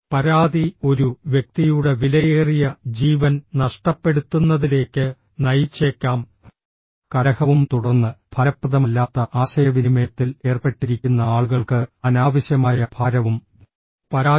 പരാതി ഒരു വ്യക്തിയുടെ വിലയേറിയ ജീവൻ നഷ്ടപ്പെടുത്തുന്നതിലേക്ക് നയിച്ചേക്കാം കലഹവും തുടർന്ന് ഫലപ്രദമല്ലാത്ത ആശയവിനിമയത്തിൽ ഏർപ്പെട്ടിരിക്കുന്ന ആളുകൾക്ക് അനാവശ്യമായ ഭാരവും പരാജയം